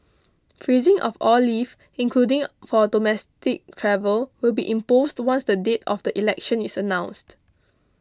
freezing of all leave including for domestic travel will be imposed once the date of the election is announced